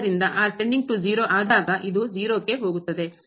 ಆದ್ದರಿಂದ ಆದಾಗ ಇದು 0 ಕ್ಕೆ ಹೋಗುತ್ತದೆ